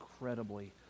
incredibly